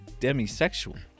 demisexual